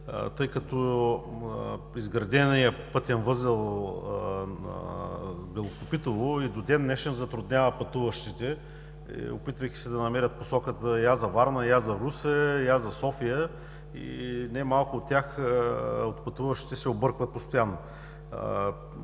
тъй като изграденият пътен възел „Белокопитово“ и до ден-днешен затруднява пътуващите, опитвайки се да намерят посоката я за Варна, я за Русе, я за София. Немалко от пътуващите се объркват постоянно.